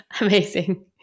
Amazing